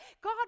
God